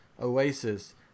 oasis